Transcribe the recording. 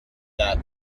that